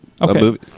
Okay